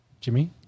Jimmy